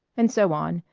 and so on,